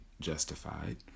justified